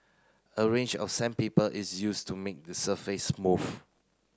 a range of sandpaper is used to make the surface smooth